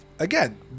Again